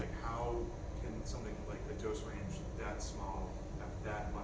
how can something like the dose range that small have that